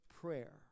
prayer